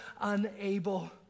unable